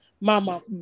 Mama